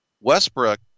Westbrook